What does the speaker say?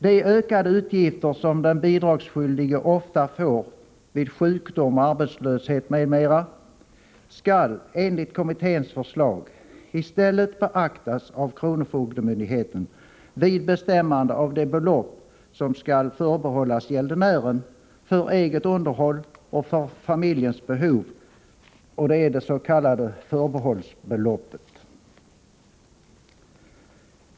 De ökade utgifter som den bidragsskyldige ofta får vid sjukdom, arbetslöshet m.m. skall enligt kommitténs förslag i stället beaktas av kronofogdemyndigheten vid bestämmandet av det belopp som skall förbehållas gäldenären för eget underhåll och familjens behov, det s.k. förbehållsbeloppet.